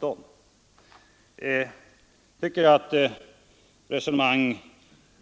Jag tycker att herr Geijers resonemang